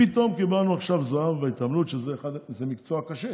פתאום קיבלנו עכשיו זהב בהתעמלות, שזה מקצוע קשה,